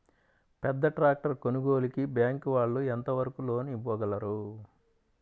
పెద్ద ట్రాక్టర్ కొనుగోలుకి బ్యాంకు వాళ్ళు ఎంత వరకు లోన్ ఇవ్వగలరు?